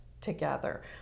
together